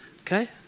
Okay